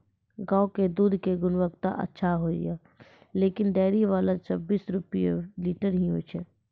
गांव के दूध के गुणवत्ता अच्छा होय या लेकिन डेयरी वाला छब्बीस रुपिया लीटर ही लेय छै?